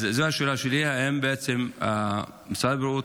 אז זו השאלה שלי: האם בעצם משרד הבריאות